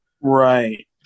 Right